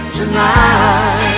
tonight